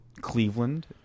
Cleveland